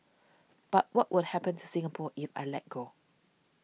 but what will happen to Singapore if I let go